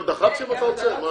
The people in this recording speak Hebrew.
רק דח"צים אתה רוצה?